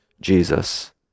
Jesus